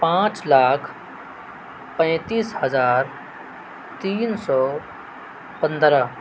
پانچ لاکھ پینتیس ہزار تین سو پندرہ